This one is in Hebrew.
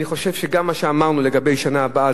אני חושב שגם מה שאמרנו לגבי השנה הבאה